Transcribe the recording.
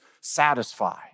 satisfy